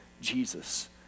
Jesus